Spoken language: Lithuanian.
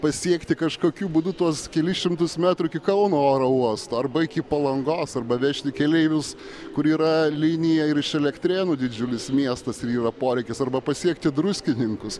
pasiekti kažkokiu būdu tuos kelis šimtus metrų iki kauno oro uosto arba iki palangos arba vežti keleivius kur yra linija ir iš elektrėnų didžiulis miestas ir yra poreikis arba pasiekti druskininkus